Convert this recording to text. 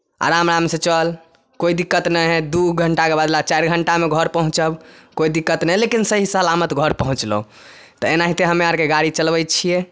आराम आरामसँ चल कोइ दिक्कत नहि हइ दू घण्टाके बदला चारि घण्टामे घर पहुँचब कोइ दिक्कत नहि हइ लेकिन सही सलामत घर पहुँचलहुँ तऽ एनाहिते हमरा आरके गाड़ी चलबै छियै